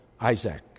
Isaac